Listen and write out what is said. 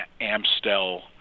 Amstel